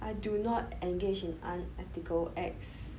I do not engage in unethical acts